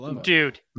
Dude